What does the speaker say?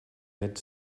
mid